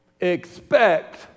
Expect